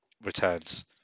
returns